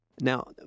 Now